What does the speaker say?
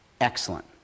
excellent